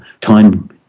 time